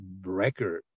record